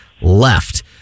left